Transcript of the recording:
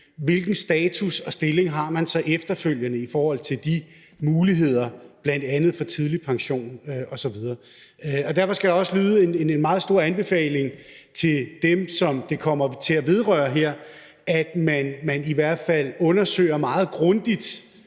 hvilken status og stilling man så har efterfølgende i forhold til mulighederne bl.a. for tidlig pension osv. Derfor skal der også lyde en meget stor anbefaling til dem, som det kommer til at vedrøre her, om, at man i hvert fald undersøger meget grundigt,